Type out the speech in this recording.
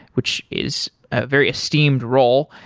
which is a very esteemed role.